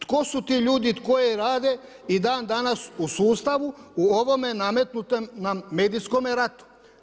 Tko su ti ljudi koji rade i dan danas u sustavu, u ovome nametnutom nam medijskome ratu.